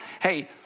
hey